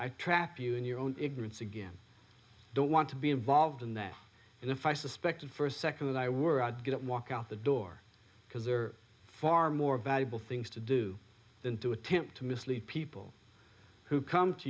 i trap you in your own ignorance again i don't want to be involved in that and if i suspected for a second that i were i'd get up walk out the door because there are far more valuable things to do than to attempt to mislead people who come to